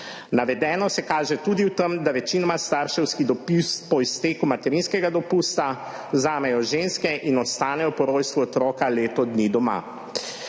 Navedeno se kaže tudi v tem, da starševski dopust po izteku materinskega dopusta večinoma vzamejo ženske in ostanejo po rojstvu otroka leto dni doma.